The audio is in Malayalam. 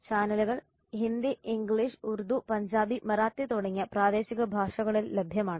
ചാനലുകൾ ഹിന്ദി ഇംഗ്ലീഷ് ഉർദു പഞ്ചാബി മറാത്തി തുടങ്ങിയ പ്രാദേശിക ഭാഷകളിൽ ലഭ്യമാണ്